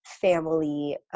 family